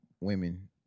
women